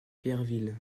pierreville